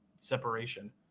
separation